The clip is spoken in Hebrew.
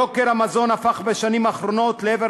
יוקר המזון הפך בשנים האחרונות לאבן